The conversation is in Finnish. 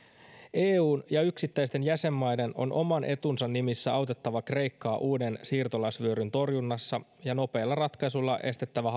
eun ja yksittäisten jäsenmaiden on oman etunsa nimissä autettava kreikkaa uuden siirtolaisvyöryn torjunnassa ja nopeilla ratkaisuilla estettävä